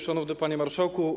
Szanowny Panie Marszałku!